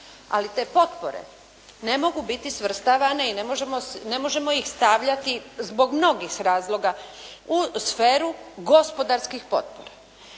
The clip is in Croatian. ali te potpore ne mogu biti svrstavane i ne možemo ih stavljati zbog mnogih razloga u sferu gospodarskih potpora.